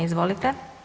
Izvolite.